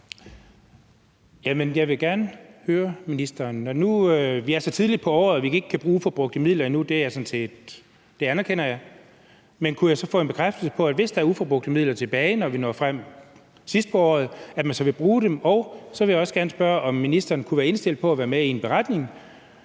Jeg vil gerne høre ministeren: Når nu vi er så tidligt på året, at vi ikke kan bruge uforbrugte midler endnu – det anerkender jeg – kunne jeg så få en bekræftelse på, at hvis der er uforbrugte midler tilbage, når vi når frem sidst på året, vil man bruge dem? Så vil jeg også gerne spørge, om ministeren kunne være indstillet på at være med til i en beretning,